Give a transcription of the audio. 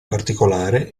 particolare